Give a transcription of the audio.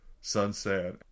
Sunset